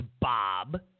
Bob